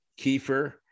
Kiefer